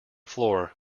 floor